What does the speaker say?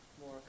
more